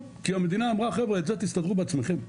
כי המדינה אמרה חבר'ה בזה תסתדרו בעצמכם.